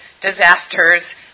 disasters